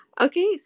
okay